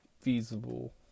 feasible